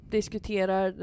Diskuterar